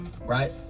Right